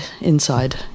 inside